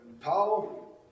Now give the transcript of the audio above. Paul